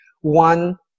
One